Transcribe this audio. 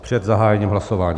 Před zahájením hlasování.